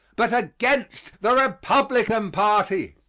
but against the republican party.